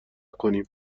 کنیم